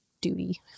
duty